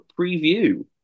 preview